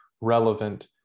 relevant